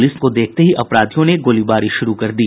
police को देखते ही अपराधियों ने गोलीबारी शुरू कर दी